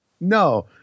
No